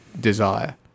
Desire